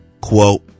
Quote